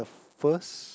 first